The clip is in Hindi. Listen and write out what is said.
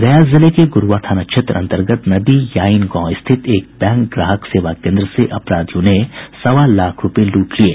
गया जिले के गुरूआ थाना क्षेत्र अंतर्गत नदी याइन गांव स्थित एक बैंक ग्राहक सेवा केन्द्र से अपराधियों ने सवा लाख रूपये लूट लिये